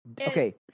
Okay